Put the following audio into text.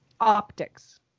Optics